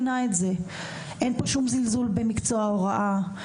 אין פה שום זלזול במקצוע ההוראה,